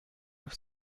neuf